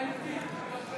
אינו נוכח